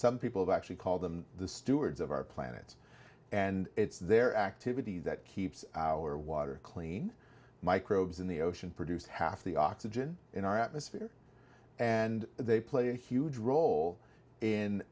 some people actually call them the stewards of our planet and it's their activity that keeps our water clean microbes in the ocean produce half the oxygen in our atmosphere and they play a huge role in